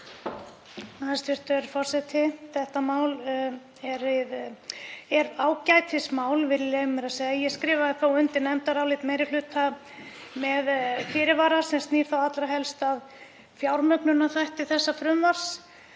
Þetta mál er ágætismál, leyfi ég mér að segja. Ég skrifaði þó undir nefndarálit meiri hluta með fyrirvara sem snýr helst að fjármögnunarþætti frumvarpsins.